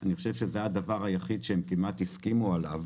אני חושב שזה כמעט הדבר היחיד שהם הסכימו עליו